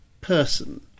person